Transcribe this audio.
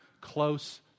close